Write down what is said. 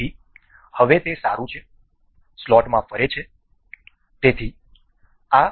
તેથી હવે તે સારું છે સ્લોટમાં ફરે છે